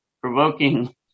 provoking